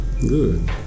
Good